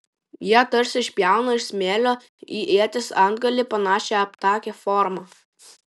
jie tarsi išpjauna iš smėlio į ieties antgalį panašią aptakią formą